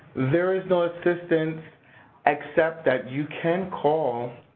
there is no assistance except that you can call.